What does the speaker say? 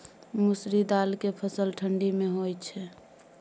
मसुरि दाल के फसल ठंडी मे होय छै?